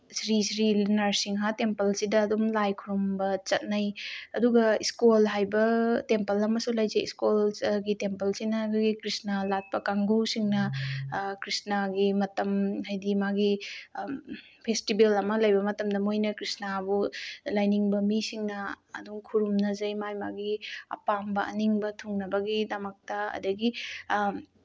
ꯁꯤꯔꯤ ꯁꯤꯔꯤ ꯅꯔꯁꯤꯡꯍ ꯇꯦꯝꯄꯜꯁꯤꯗ ꯑꯗꯨꯝ ꯂꯥꯏ ꯈꯨꯔꯨꯝꯕ ꯆꯠꯅꯩ ꯑꯗꯨꯒ ꯏꯁꯀꯣꯜ ꯍꯥꯏꯕ ꯇꯦꯝꯄꯜ ꯑꯃꯁꯨ ꯂꯩꯖꯩ ꯏꯁꯀꯣꯜꯒꯤ ꯇꯦꯝꯄꯜꯁꯤꯅ ꯑꯗꯨꯒꯤ ꯀ꯭ꯔꯤꯁꯅ ꯂꯥꯠꯄ ꯀꯥꯡꯒꯨꯁꯤꯡꯅ ꯀ꯭ꯔꯤꯁꯅꯒꯤ ꯃꯇꯝ ꯍꯥꯏꯗꯤ ꯃꯥꯒꯤ ꯐꯦꯁꯇꯤꯚꯦꯜ ꯑꯃ ꯂꯩꯕ ꯃꯇꯝꯗ ꯃꯣꯏꯅ ꯀ꯭ꯔꯤꯁꯅꯥꯕꯨ ꯂꯥꯏꯅꯤꯡꯕ ꯃꯤꯁꯤꯡꯅ ꯑꯗꯨꯝ ꯈꯨꯔꯨꯝꯅꯖꯩ ꯃꯥ ꯃꯥꯒꯤ ꯑꯄꯥꯝꯕ ꯑꯅꯤꯡꯕ ꯊꯨꯡꯅꯕꯒꯤꯗꯃꯛꯇ ꯑꯗꯒꯤ